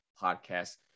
podcast